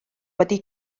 wedi